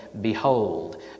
Behold